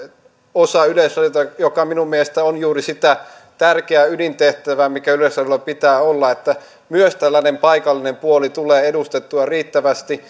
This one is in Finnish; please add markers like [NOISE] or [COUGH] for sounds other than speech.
osa yleisradiota joka minun mielestäni on juuri sitä tärkeää ydintehtävää mikä yleisradiolla pitää olla että myös tällainen paikallinen puoli tulee edustettua riittävästi [UNINTELLIGIBLE]